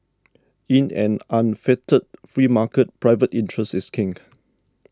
in an unfettered free market private interest is king